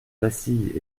vacille